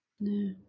no